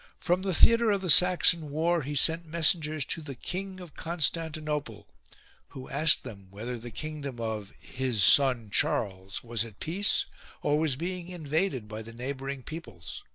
from the theatre of the saxon war he sent messengers to the king of constantinople who asked them whether the kingdom of his son charles was at peace or was being invaded by the neighbouring peoples.